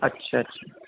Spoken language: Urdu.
اچھا اچھا